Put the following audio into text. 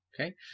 Okay